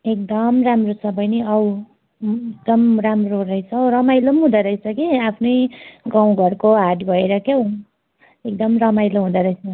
एकदम राम्रो छ बहिनी आऊ एकदम राम्रो रहेछ रमाइलो पनि हुँदोरहेछ कि आफ्नै गाउँघरको हाट भएर क्या हौ एकदम रमाइलो हुँदोरहेछ